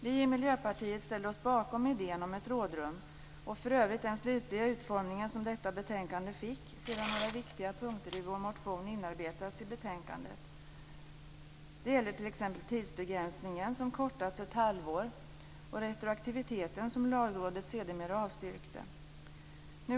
Vi i Miljöpartiet ställer oss bakom idén om ett rådrum, och vi ställer oss för övrigt också bakom den slutliga utformning som detta betänkande fick sedan några viktiga punkter i vår motion inarbetats i betänkandet. Det gäller t.ex. tidsbegränsningen, som kortats ett halvår, och retroaktiviteten, som Lagrådet sedermera avstyrkte.